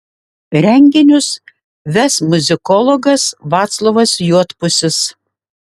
renginius ves muzikologas vaclovas juodpusis